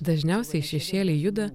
dažniausiai šešėliai juda